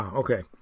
okay